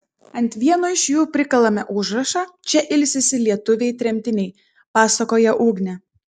ant vieno iš jų prikalame užrašą čia ilsisi lietuviai tremtiniai pasakoja ugnė